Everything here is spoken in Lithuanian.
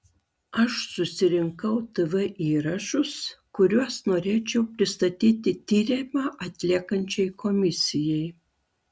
aš susirinkau tv įrašus kuriuos norėčiau pristatyti tyrimą atliekančiai komisijai